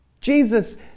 Jesus